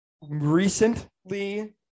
recently